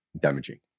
damaging